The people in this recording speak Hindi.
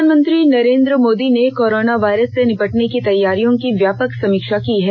प्रधानमंत्री नरेंद्र मोदी ने कोरोना वायरस से निपटने की तैयारियों की व्यापक समीक्षा की है